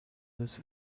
these